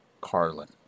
Carlin